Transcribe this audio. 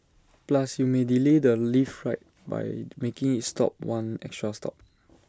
plus you may delay the lift ride by making IT stop one extra stop